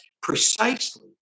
precisely